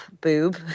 boob